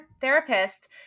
therapist